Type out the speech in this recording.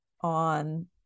on